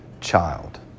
child